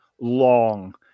long